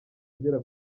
agera